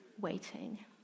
waiting